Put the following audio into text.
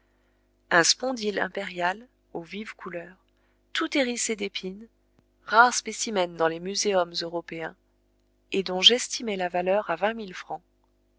un spondyle impérial aux vives couleurs tout hérissé d'épines rare spécimen dans les muséums européens et dont j'estimai la valeur à vingt mille francs